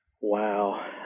Wow